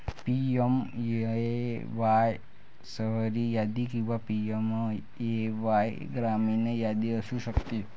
PMAY शहरी यादी किंवा पी.एम.ए.वाय ग्रामीण यादी असू शकते